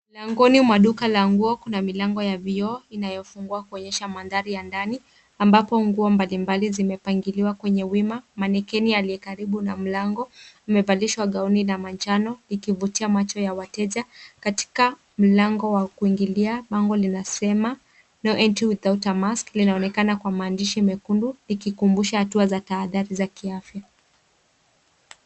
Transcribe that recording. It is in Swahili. Langoni mwa duka la nguo kuna milango ya vioo inayofungua kuonyesha mandhari ya ndani ambapo nguo mbalimbali zimepangiliwa kwenye wima. Manekeni yaliye karibu na mlango imevalishwa gauni ya manjano, ikivutia macho ya wateja. Katika mlango wa kuingilia, lango linasema, no entry without a mask linaonekana kwa maandishi mekundu, ikikumbusha hatu za tahadhari za kiafya.